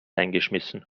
eingeschmissen